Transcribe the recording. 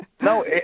No